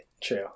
True